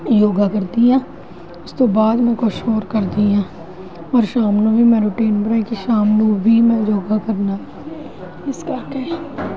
ਯੋਗਾ ਕਰਦੀ ਹਾਂ ਉਸ ਤੋਂ ਬਾਅਦ ਮੈਂ ਕੁਛ ਹੋਰ ਕਰਦੀ ਹਾਂ ਪਰ ਸ਼ਾਮ ਨੂੰ ਵੀ ਮੈਂ ਰੂਟੀਨ ਬਣਾਈ ਕਿ ਸ਼ਾਮ ਨੂੰ ਵੀ ਮੈਂ ਯੋਗਾ ਕਰਨਾ ਇਸ ਕਰਕੇ